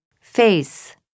Face